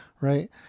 right